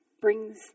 brings